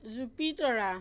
jupiter